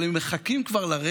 אבל הם כבר מחכים לרגע